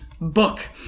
book